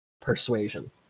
Persuasion